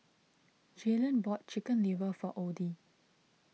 Jaylan bought Chicken Liver for Oddie